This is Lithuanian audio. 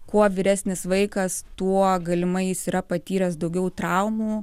kuo vyresnis vaikas tuo galimai jis yra patyręs daugiau traumų